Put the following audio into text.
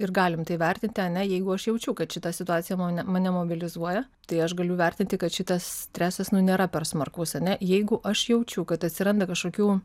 ir galim tai vertinti ar ne jeigu aš jaučiu kad šita situacija mane mobilizuoja tai aš galiu vertinti kad šitas stresas nu nėra per smarkus ar ne jeigu aš jaučiu kad atsiranda kažkokių